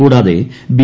കൂടാതെ ബി